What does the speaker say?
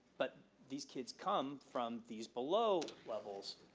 but these kids come from these below levels.